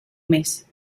mes